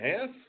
half